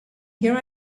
here